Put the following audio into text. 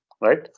right